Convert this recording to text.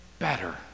better